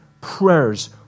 prayers